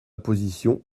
position